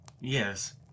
Yes